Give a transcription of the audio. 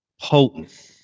potent